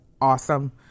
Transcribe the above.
awesome